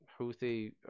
houthi